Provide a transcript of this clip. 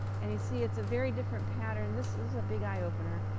and you see it's a very different pattern. this is a big eye opener.